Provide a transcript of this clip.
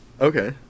Okay